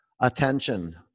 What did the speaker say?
attention